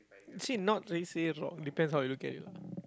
actually not really say wrong depends how you look at it lah